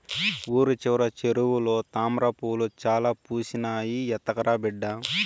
ఊరి చివర చెరువులో తామ్రపూలు చాలా పూసినాయి, ఎత్తకరా బిడ్డా